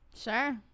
Sure